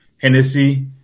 Hennessy